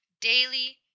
daily